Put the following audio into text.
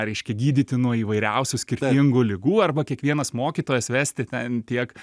reiškia gydyti nuo įvairiausių skirtingų ligų arba kiekvienas mokytojas vesti ten tiek